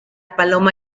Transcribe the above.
paloma